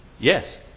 Yes